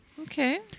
Okay